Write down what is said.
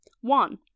One